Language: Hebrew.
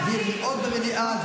זה סביר מאוד במליאה.